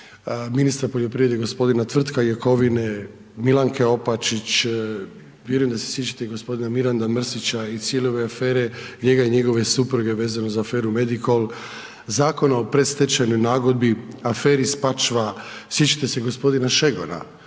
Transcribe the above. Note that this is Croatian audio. ministra poljoprivrede g. Tvrtka Jakovine, Milanke Opačić, vjerujem da se sjećate i g. Miranda Mrsića i cijele ove afere, njega i njegove supruge vezano za aferu Medikol, Zakona o predstečajnoj nagodbi, aferi Spačva, sjećate se g. Šegona